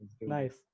Nice